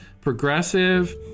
progressive